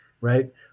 right